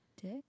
dick